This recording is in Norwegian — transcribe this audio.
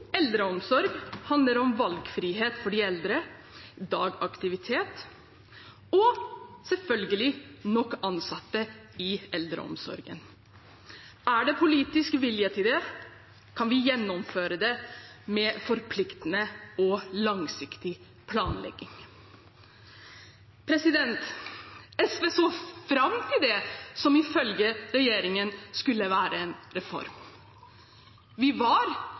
eldreomsorg handler om valgfrihet for de eldre, dagaktivitet og selvfølgelig nok ansatte i eldreomsorgen. Er det politisk vilje til det, kan vi gjennomføre det med forpliktende og langsiktig planlegging. SV så fram til det som ifølge regjeringen skulle være en reform. Vi var